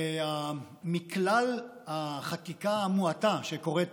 מכלל החקיקה המועטה שקורית